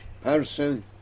person